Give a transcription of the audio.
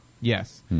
Yes